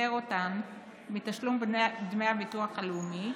פטר אותן מתשלום דמי הביטוח הלאומי,